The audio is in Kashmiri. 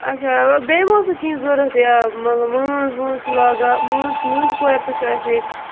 اَچھا بیٚیہِ ما اوسوٕ کیٚنٛہہ ضروٗرت یا مَطلَب مٲنٛز وٲنٛز چھِ لاگان مٲنٛز مٲنٛزِ کورٕ تہِ چھِ اَسہِ ییٚتہِ